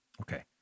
Okay